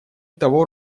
того